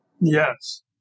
Yes